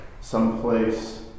someplace